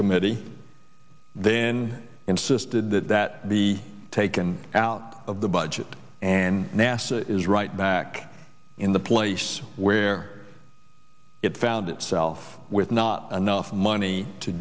committee then insisted that that be taken out of the budget and nasa is right back in the place where it found itself with not enough money to